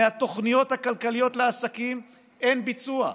בתוכניות הכלכליות לעסקים אין ביצוע.